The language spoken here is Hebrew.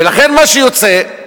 ולכן, מה שיוצא,